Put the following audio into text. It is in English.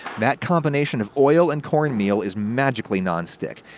that combination of oil and cornmeal is magically non-stick.